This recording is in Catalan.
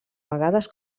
vegades